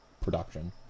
production